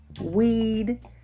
weed